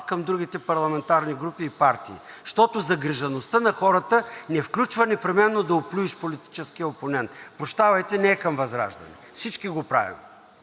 към другите парламентарни групи и партии? Защото загрижеността за хората не включва непременно да оплюеш политическия опонент. Прощавайте, не е към ВЪЗРАЖДАНЕ – всички го правим,